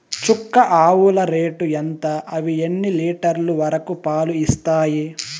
చుక్క ఆవుల రేటు ఎంత? అవి ఎన్ని లీటర్లు వరకు పాలు ఇస్తాయి?